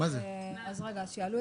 האחת הצעת